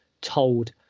told